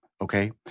okay